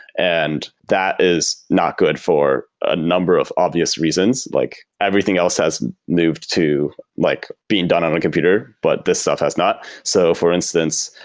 and that is not good for a number of obvious reasons, like everything else has moved to like being done on the computer, but this stuff has not so for instance,